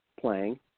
playing